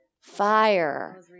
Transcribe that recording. fire